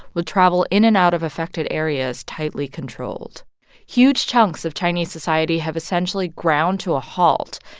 with travel in and out of affected areas tightly controlled huge chunks of chinese society have essentially ground to a halt,